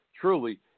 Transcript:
truly